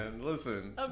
Listen